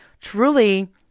truly